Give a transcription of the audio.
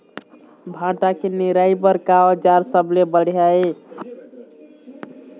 भांटा के निराई बर का औजार सबले बढ़िया ये?